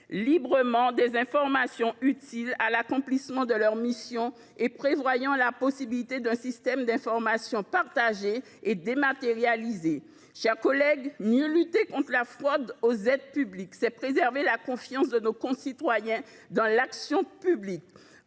librement les informations utiles à l’accomplissement de leurs missions et de prévoir un système d’information partagé et dématérialisé. Mes chers collègues, mieux lutter contre la fraude aux aides publiques, c’est préserver la confiance de nos concitoyens dans l’action publique.